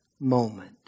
moment